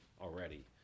already